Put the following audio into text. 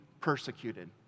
persecuted